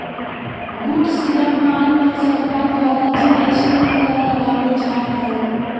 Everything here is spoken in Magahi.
गुड्स या माल पर सरकार द्वारा जी.एस.टी कर लगावल जा हय